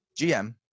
GM